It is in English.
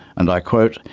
and i quote,